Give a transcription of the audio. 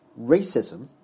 racism